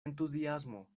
entuziasmo